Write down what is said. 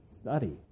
study